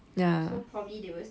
ya